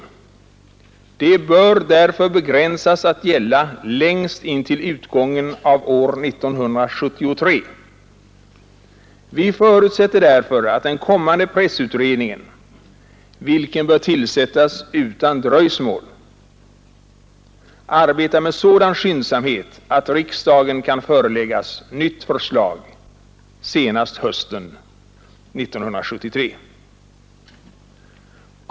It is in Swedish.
Det bör därför begränsas att gälla längst intill utgången av år 1973. Vi förutsätter därför att den kommande pressutredningen, vilken bör tillsättas utan dröjsmål, arbetar med sådan skyndsamhet att riksdagen kan föreläggas nytt förslag senast hösten 1973.